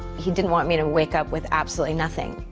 he didn't want me to wake up with absolutely nothing.